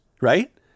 right